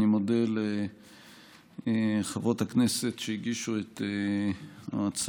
אני מודה לחברות הכנסת שהגישו את ההצעה,